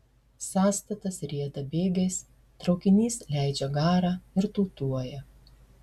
sąstatas rieda bėgiais traukinys leidžia garą ir tūtuoja